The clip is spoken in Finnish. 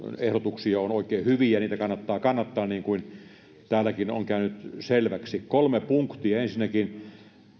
ehdotuksia on oikein hyviä niitä kannattaa kannattaa niin kuin täälläkin on käynyt selväksi kolme punktia ensinnäkin